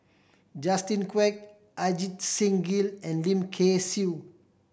Justin Quek Ajit Singh Gill and Lim Kay Siu